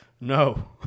no